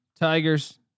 tigers